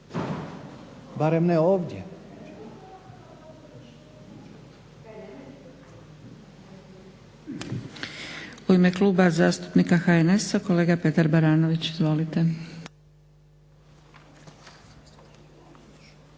barem ne ovdje.